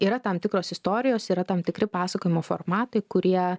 yra tam tikros istorijos yra tam tikri pasakojimo formatai kurie